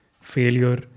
failure